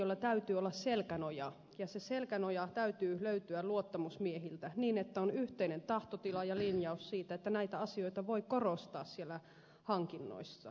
hankkijoilla täytyy olla selkänoja ja sen selkänojan täytyy löytyä luottamusmiehiltä niin että on yhteinen tahtotila ja linjaus siitä että näitä asioita voi korostaa hankinnoissa